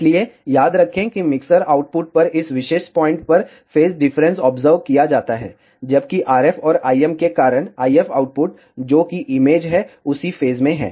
इसलिए याद रखें कि मिक्सर आउटपुट पर इस विशेष पॉइंट पर फेज डिफरेंस ऑब्ज़र्व किया जाता है जबकि RF और IM के कारण IF आउटपुट जो कि इमेज है उसी फेज में हैं